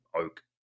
oak